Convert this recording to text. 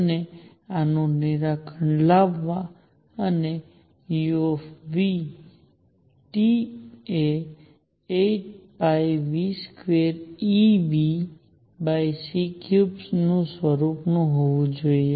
અને આનું નિરાકરણ લાવવા અને u એ 8π2Eνc3 સ્વરૂપનું હોવું જોઈએ